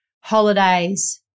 holidays